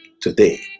today